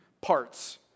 parts